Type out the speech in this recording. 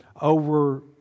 over